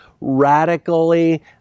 radically